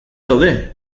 daude